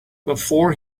before